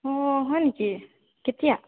অঁ হয় নেকি কেতিয়া